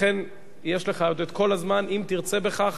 לכן יש לך עוד כל הזמן, אם תרצה בכך,